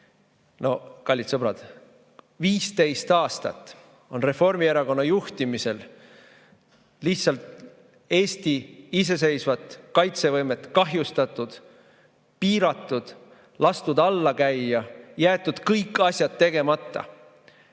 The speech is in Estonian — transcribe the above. Kallid sõbrad, 15 aastat on Reformierakonna juhtimisel lihtsalt Eesti iseseisvat kaitsevõimet kahjustatud, piiratud, lastud alla käia, jäetud kõik asjad tegemata.